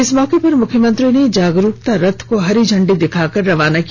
इस मौके पर मुख्यमंत्री ने जागरुकता रथ को हरी झंडी दिखाकर रवाना किया